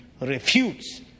refutes